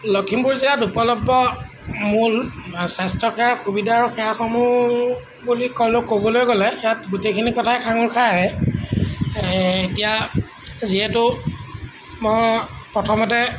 লখিমপুৰ জিলাত উপলব্ধ মূল স্বাস্থ্যসেৱাৰ সুবিধা আৰু সেৱাসমূহ বুলি ক'লে ক'বলৈ গ'লে ইয়াত গোটেইখিনি কথাই সাঙোৰ খাই আহে এতিয়া যিহেতু মই প্ৰথমতে